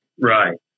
Right